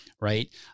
right